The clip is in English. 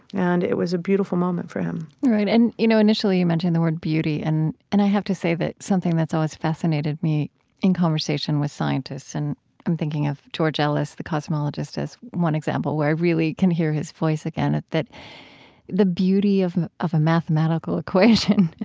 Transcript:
and it was a beautiful moment for him right. and you know initially you mentioned the word beauty and and i have to say that something that's always fascinated me in conversation with scientist and i'm thinking of george ellis the cosmologist as one example. where i really can hear his voice again, the beauty of of a mathematical equation.